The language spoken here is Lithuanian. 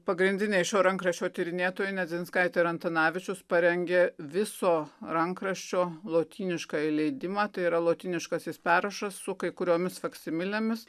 pagrindiniai šio rankraščio tyrinėtojai nedzinskaitė ir antanavičius parengė viso rankraščio lotyniškąjį leidimą tai yra lotyniškasis perrašas su kai kuriomis faksimilėmis